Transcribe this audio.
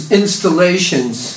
installations